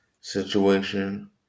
situation